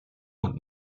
und